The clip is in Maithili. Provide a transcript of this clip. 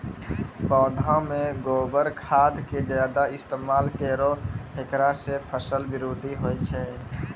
पौधा मे गोबर खाद के ज्यादा इस्तेमाल करौ ऐकरा से फसल बृद्धि होय छै?